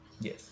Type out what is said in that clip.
Yes